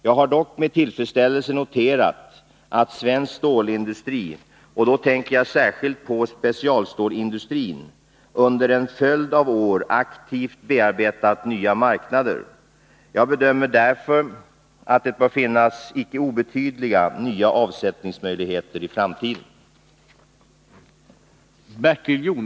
Jag har dock med tillfredsställelse noterat att svensk stålindustri, och då tänker jag särskilt på specialstålsindustrin, under en följd av år aktivt bearbetat nya marknader. Jag bedömer därför att det bör finnas icke obetydliga nya avsättningsmöjligheter i framtiden.